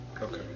Okay